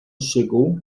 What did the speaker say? chegou